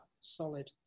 solid